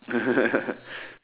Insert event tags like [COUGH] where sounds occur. [LAUGHS]